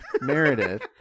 Meredith